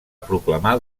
proclamar